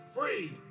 free